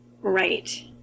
Right